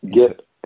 get